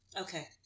Okay